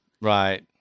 Right